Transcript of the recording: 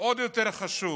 עוד יותר חשוב: